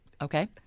Okay